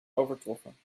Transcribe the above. overtroffen